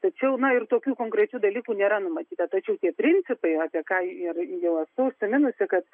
tačiau na ir tokių konkrečių dalykų nėra numatyta tačiau tie principai apie ką ir jau esu užsiminusi kad